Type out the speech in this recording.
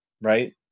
right